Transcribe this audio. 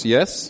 Yes